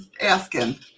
asking